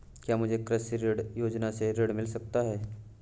क्या मुझे कृषि ऋण योजना से ऋण मिल सकता है?